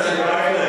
חבר הכנסת אייכלר,